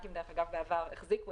הבנקים בעבר החזיקו